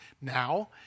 now